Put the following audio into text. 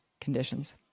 conditions